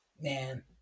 man